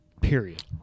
period